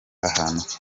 ahantu